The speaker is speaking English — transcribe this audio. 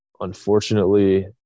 unfortunately